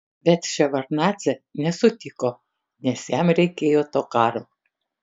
bet ševardnadzė nesutiko nes jam reikėjo to karo